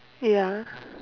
ya